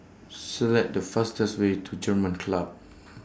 Select The fastest Way to German Club